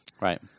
Right